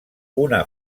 una